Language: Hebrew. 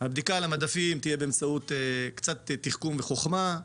הבדיקה על המדפים תהיה באמצעות תחכום וחוכמה.